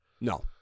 No